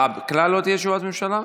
כלל לא תהיה תשובת ממשלה?